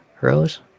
Rose